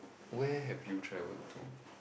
where have you traveled to